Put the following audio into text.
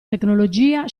tecnologia